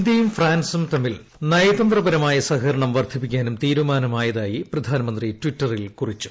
ഇന്ത്യയും ഫ്രാൻസും തമ്മിൽ നയതന്ത്രപരമായ സഹകരണം വർദ്ധിപ്പിക്കാനും തീരുമാനമായതായി പ്രധാനമന്ത്രി ട്വിറ്ററിൽ കൂറിച്ചു